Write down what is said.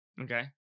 okay